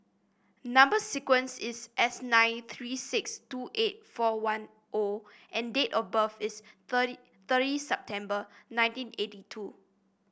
number sequence is S nine three six two eight four one O and date of birth is thirty thirty September nineteen eighty two